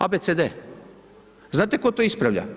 ABC, znate tko to ispravlja?